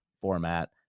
format